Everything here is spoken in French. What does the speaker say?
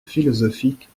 philosophiques